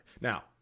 Now